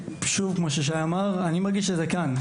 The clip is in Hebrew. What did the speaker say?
שוב, כמו ששי אמר, אני מרגיש שזה כבר כאן.